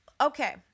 Okay